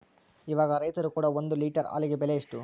ಇವಾಗ ರೈತರು ಕೊಡೊ ಒಂದು ಲೇಟರ್ ಹಾಲಿಗೆ ಬೆಲೆ ಎಷ್ಟು?